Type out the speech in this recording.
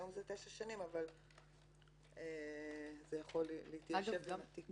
היום זה תשע שנים אבל זה יכול להתיישב עם התיקון.